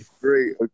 Great